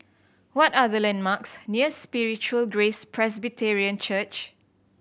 what are the landmarks near Spiritual Grace Presbyterian Church